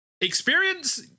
experience